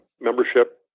membership